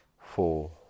four